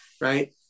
Right